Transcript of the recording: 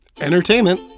entertainment